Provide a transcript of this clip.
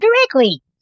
directly